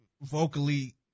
vocally